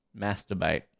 Masturbate